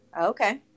Okay